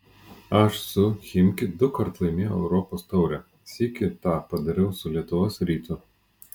aš su chimki dukart laimėjau europos taurę sykį tą padariau su lietuvos rytu